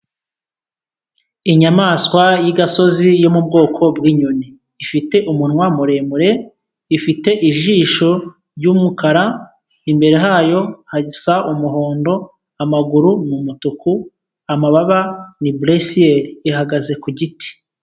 Inyamaswa y'igasozi yo mu bwoko bw'inyoni ifite umunwa muremure, ifite ijisho ry'umukara, imbere hayo hasa umuhondo, amaguru ni umutuku, amababa ni bulesiyeri ihagaze ku giti.